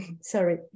Sorry